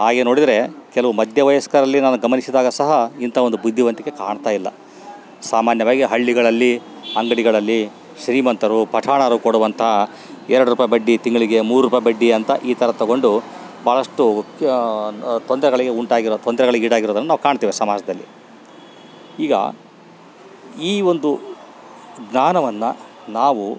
ಹಾಗೆ ನೋಡಿದರೆ ಕೆಲವು ಮಧ್ಯವಯಸ್ಕರಲ್ಲಿ ನಾನು ಗಮನಿಸಿದಾಗ ಸಹ ಇಂಥ ಒಂದು ಬುದ್ದಿವಂತಿಕೆ ಕಾಣ್ತಾಯಿಲ್ಲ ಸಾಮಾನ್ಯವಾಗಿ ಹಳ್ಳಿಗಳಲ್ಲಿ ಅಂಗಡಿಗಳಲ್ಲಿ ಶ್ರೀಮಂತರು ಪಠಾಣರು ಕೊಡುವಂತಹ ಎರಡು ರೂಪಾಯಿ ಬಡ್ಡಿ ತಿಂಗಳಿಗೆ ಮೂರು ರೂಪಾಯಿ ಬಡ್ಡಿ ಅಂತ ಈ ಥರ ತಗೊಂಡು ಭಾಳಷ್ಟು ತೊಂದರೆಗಳಿಗೆ ಉಂಟಾಗಿರುವ ತೊಂದರೆಗಳಿಗೆ ಈಡಾಗಿರೋದನ್ನು ನಾವು ಕಾಣ್ತೇವೆ ಸಮಾಜದಲ್ಲಿ ಈಗ ಈ ಒಂದು ಜ್ಞಾನವನ್ನ ನಾವು